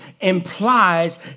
implies